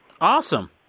Awesome